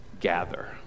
gather